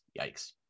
yikes